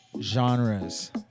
genres